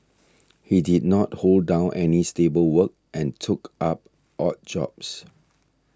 he did not hold down any stable work and took up odd jobs